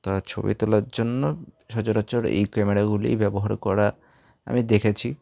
তা ছবি তোলার জন্য সচরাচর এই ক্যামেরাগুলিই ব্যবহার করা আমি দেখেছি